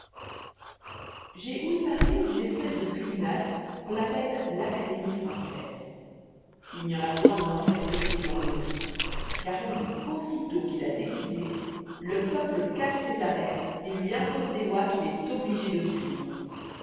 ai ouï parler d'une espèce de tribunal qu'on appelle l'académie françoise il n'y en a point de moins respecté dans le monde car on dit qu'aussitôt qu'il a décidé le peuple casse ses arrêts et lui impose des lois qu'il est obligé de suivre